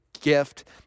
gift